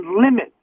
limit